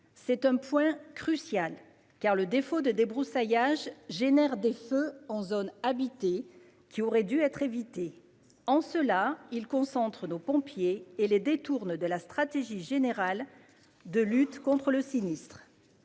C'est un point crucial, car le défaut de débroussaillage provoque des feux en zone habitée qui pourraient être évités. En cela, ils concentrent les efforts de nos pompiers et les détournent de la stratégie générale de lutte contre les sinistres.